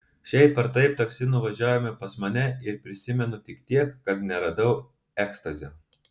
šiaip ar taip taksi nuvažiavome pas mane ir prisimenu tik tiek kad neradau ekstazio